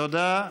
תודה.